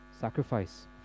sacrifice